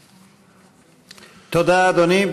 תודה, אדוני.